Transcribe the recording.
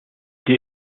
sie